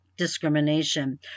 discrimination